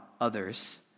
others